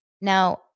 Now